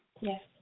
Yes